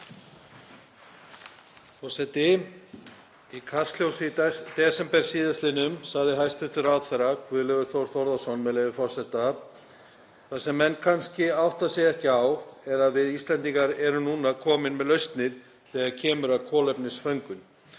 Það sem menn kannski átta sig ekki á er að við Íslendingar erum núna komin með lausnir þegar kemur að kolefnisföngun